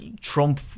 Trump